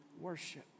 worship